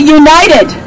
united